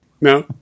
no